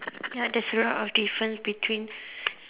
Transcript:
ya there's a lot of difference between